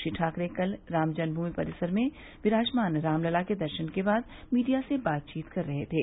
श्री ठाकरे कल राम जन्मगूमि परिसर में विराजमान रामलला के दर्शन के बाद मीडिया से बातचीत कर रहे थे